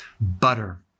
butter